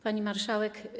Pani Marszałek!